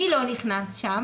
מי לא נכנס לשם?